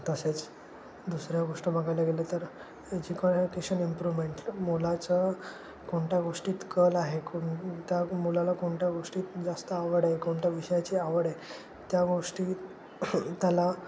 तसेच दुसऱ्या गोष्ट बघायला गेलं तर एज्युकुकेशन इम्प्रूव्हमेंट मुलाचं कोणत्या गोष्टीत कल आहे कोण त्या मुलाला कोणत्या गोष्टीत जास्त आवड आहे कोणत्या विषयाची आवड आहे त्या गोष्टी त्याला